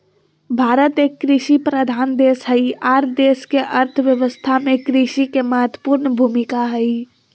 भारत एक कृषि प्रधान देश हई आर देश के अर्थ व्यवस्था में कृषि के महत्वपूर्ण भूमिका हई